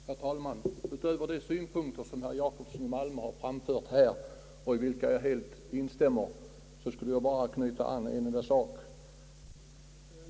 Herr talman! Utöver de synpunkter som herr Jacobsson i Malmö här har anfört och i vilka jag helt instämmer skulle jag vilja tillägga en enda sak.